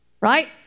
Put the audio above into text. Right